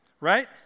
right